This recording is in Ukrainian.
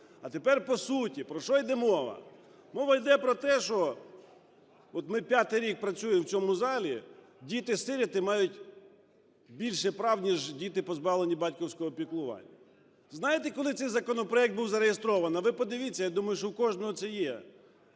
А тепер по суті, про що йде мова. Мова йде про те, що от ми п'ятий рік працюємо в цьому залі, діти-сироти мають більше прав, ніж діти, позбавлені батьківського піклування. Знаєте, коли цей законопроект був зареєстрований? Ви подивіться, я думаю, що в кожного це є.